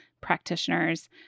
practitioners